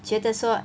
觉得说